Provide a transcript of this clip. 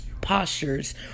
postures